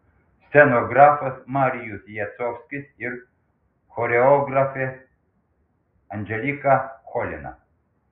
scenografas marijus jacovskis ir choreografė anželika cholina